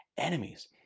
enemies